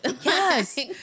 Yes